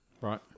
Right